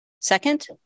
second